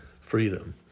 freedom